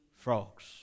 frogs